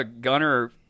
Gunner